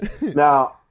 Now